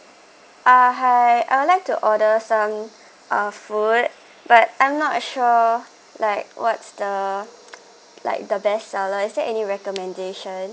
uh hi I would like to order some uh food but I'm not sure like what's the like the best seller is there any recommendation